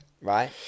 Right